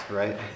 right